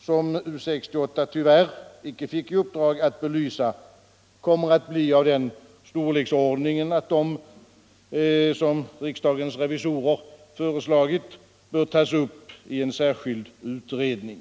som U 68 tyvärr icke fick i uppdrag att belysa, kommer att bli av den storleksordningen att de —- som riksdagens revisorer fö 45 reslagit — bör tas upp i en särskild utredning.